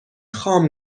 خام